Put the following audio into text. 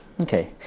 Okay